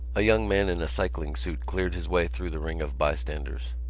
a young man in a cycling-suit cleared his way through the ring of bystanders.